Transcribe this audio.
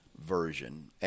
version